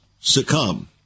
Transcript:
succumb